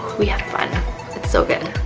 we have fun, it's it's so good.